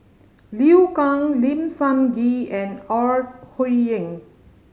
Liu Kang Lim Sun Gee and Ore Huiying